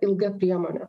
ilga priemonė